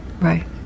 Right